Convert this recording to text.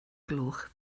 gloch